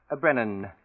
Brennan